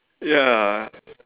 ya